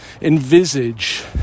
envisage